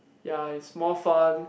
yea it's more fun